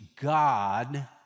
God